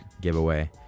giveaway